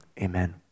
Amen